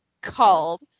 called